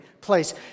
place